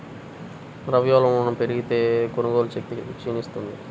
ద్రవ్యోల్బణం పెరిగితే, కొనుగోలు శక్తి క్షీణిస్తుంది